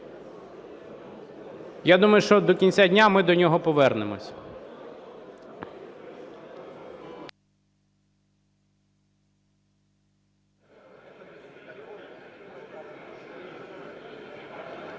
Я думаю, що до кінця дня ми до нього повернемося.